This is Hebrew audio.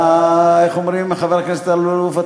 אתה, איך אומרים, חבר הכנסת אלאלוף?